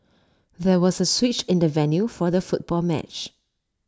there was A switch in the venue for the football match